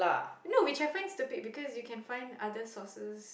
no which I find stupid because you can find other sources